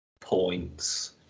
points